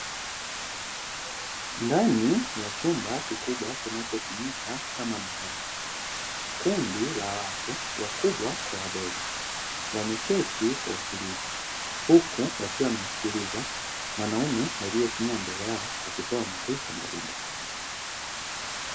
Ndani ya chumba kikubwa kinachotumika kama darasa kundi la watu wakubwa kwa wadogo, wameketi kwa utulivu huku wakiwa wanamsikiliza mwanaume aliyesimama mbele yao, akitoa maarifa mbalimbali.